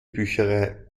bücherei